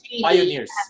Pioneers